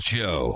Show